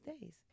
days